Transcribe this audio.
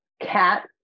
CAT